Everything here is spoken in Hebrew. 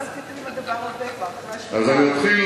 מה עשיתם עם הדבר הזה, אז אני אתחיל